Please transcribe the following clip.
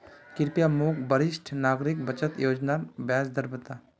कृप्या मोक वरिष्ठ नागरिक बचत योज्नार ब्याज दर बता